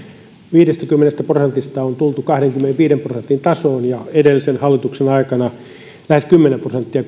viidestäkymmenestä prosentista on tultu kahdenkymmenenviiden prosentin tasoon ja edellisen hallituksen aikana lähes kymmenen prosenttia